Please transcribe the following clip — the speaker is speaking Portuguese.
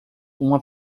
uma